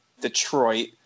Detroit